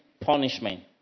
punishment